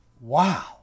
Wow